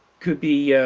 could be ah.